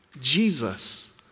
Jesus